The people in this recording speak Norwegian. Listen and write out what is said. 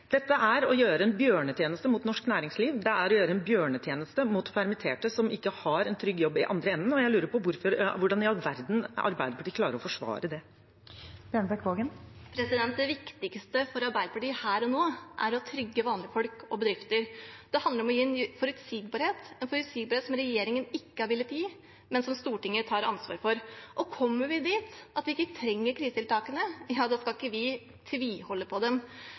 Dette er å gjøre norsk næringsliv en bjørnetjeneste. Det er å gjøre permitterte som ikke har en trygg jobb i andre enden, en bjørnetjeneste. Jeg lurer på hvordan i all verden Arbeiderpartiet klarer å forsvare det. Det viktigste for Arbeiderpartiet her og nå er å trygge vanlige folk og bedrifter. Det handler om å gi forutsigbarhet, en forutsigbarhet som regjeringen ikke har villet gi, men som Stortinget tar ansvar for. Kommer vi dit at vi ikke trenger krisetiltakene, skal ikke vi tviholde på dem.